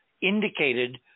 indicated